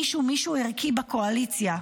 מישהו ערכי בקואליציה.